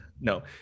no